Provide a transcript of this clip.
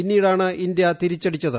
പിന്നീടാണ് ഇന്ത്യ തിരിച്ചടിച്ചത്